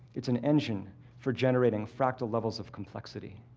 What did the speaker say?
it's an engine for generating fractal levels of complexity.